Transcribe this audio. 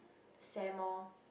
Sam orh